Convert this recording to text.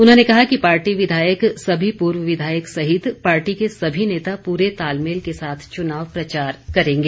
उन्होंने कहा कि पार्टी विधायक सभी पूर्व विधायक सहित पार्टी के सभी नेता पूरे तालमेल के साथ चुनाव प्रचार करेंगे